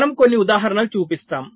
మనము కొన్ని ఉదాహరణలు చూపిస్తాము